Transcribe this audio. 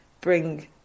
bring